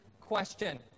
question